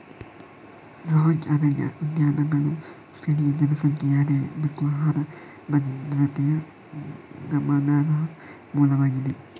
ranch ಅರಣ್ಯ ಉದ್ಯಾನಗಳು ಸ್ಥಳೀಯ ಜನಸಂಖ್ಯೆಗೆ ಆದಾಯ ಮತ್ತು ಆಹಾರ ಭದ್ರತೆಯ ಗಮನಾರ್ಹ ಮೂಲವಾಗಿದೆ